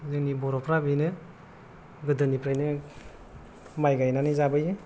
जोंनि बर'फ्रा बेनो गोदोनिफ्रायनो माइ गायनानै जाबोयो